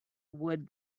would